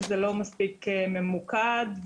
לא מספיק ממוקד,